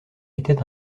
était